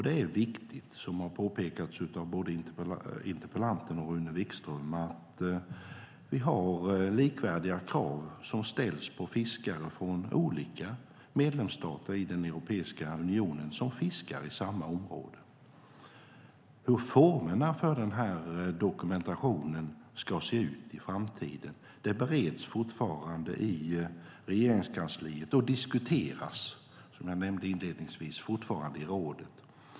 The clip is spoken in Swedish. Det är viktigt, som har påpekats av både interpellanten och Rune Wikström, att likvärdiga krav ställs på fiskare från olika medlemsstater i Europeiska unionen som fiskar i samma område. Hur formerna för den här dokumentationen ska se ut i framtiden bereds fortfarande i Regeringskansliet och diskuteras, som jag nämnde inledningsvis, fortfarande i rådet.